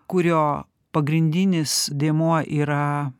kurio pagrindinis dėmuo yra